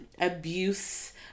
abuse